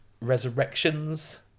Resurrections